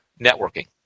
networking